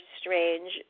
strange